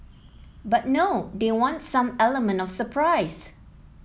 but no they want some element of surprise